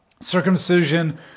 circumcision